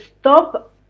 stop